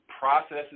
processes